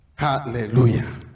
Hallelujah